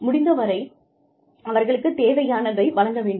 முடிந்தவரை அவர்களுக்கு தேவையானதை வழங்க வேண்டும்